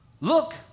look